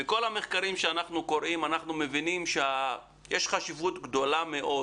בכל המחקרים שאנחנו קוראים אנחנו מבינים שיש חשיבות גדולה מאוד